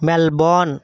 Melbourne